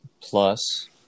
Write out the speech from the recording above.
plus